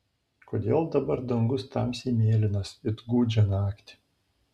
kodėl dabar dangus tamsiai mėlynas it gūdžią naktį